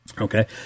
Okay